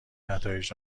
نتایج